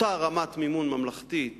אותה רמת מימון ממלכתית